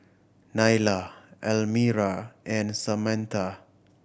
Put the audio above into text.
Nylah Elmira and Samatha